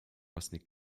własnej